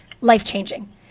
life-changing